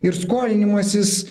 ir skolinimasis